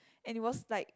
and it was like